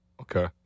Okay